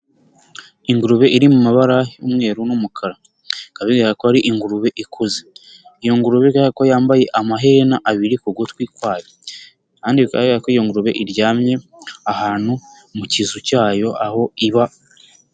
Ingurube iri mu mabara y'umweru n'umukara bika bigaragara ko ari ingurube ikuze, iyo ngurubega bikaba bigaragara ko yambaye amahena abiri ku gutwi kwayo, kandi bikaba bigaragara ko iyo ngurube iryamye ahantu mu kizu cyayo aho iba.